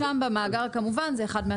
רק אם הוא נרשם במאגר, כמובן, זה אחד מהתנאים.